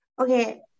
okay